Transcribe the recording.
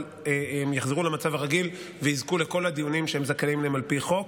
אבל הם יחזרו למצב הרגיל ויזכו לכל הדיונים שהם זכאים להם על פי חוק.